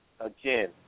again